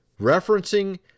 referencing